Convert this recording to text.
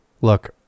look